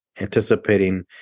anticipating